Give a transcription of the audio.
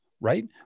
right